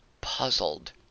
puzzled